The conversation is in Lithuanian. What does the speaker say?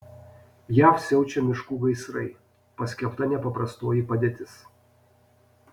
jav siaučia miškų gaisrai paskelbta nepaprastoji padėtis